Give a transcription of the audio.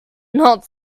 not